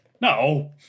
No